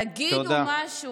תגידו משהו.